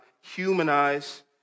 humanize